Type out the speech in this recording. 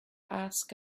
ask